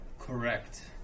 Correct